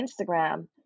Instagram